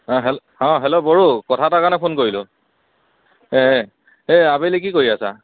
অঁ হেল অঁ হেল্ল' বড়ো কথা এটা কাৰণে ফোন কৰিলোঁ এই আবেলি কি কৰি আছা